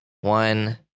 one